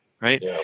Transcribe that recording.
right